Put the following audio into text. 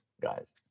guys